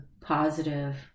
positive